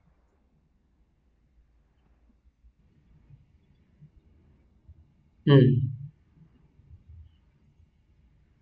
um